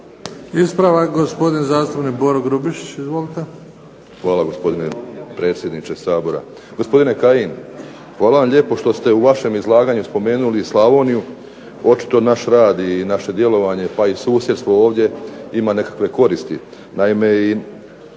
raspravi je gospodin zastupnik Boro Grubišić. Izvolite.